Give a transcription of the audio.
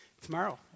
Tomorrow